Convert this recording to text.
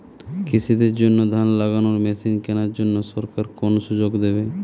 কৃষি দের জন্য ধান লাগানোর মেশিন কেনার জন্য সরকার কোন সুযোগ দেবে?